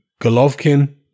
Golovkin